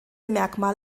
merkmal